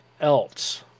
else